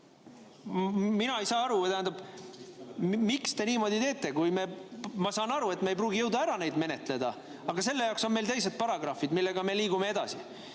Mina ei saa aru, tähendab, miks te niimoodi teete. Ma saan aru, et me ei pruugi jõuda ära neid menetleda, aga selle jaoks on meil teised paragrahvid, millega me liigume edasi.